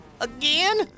Again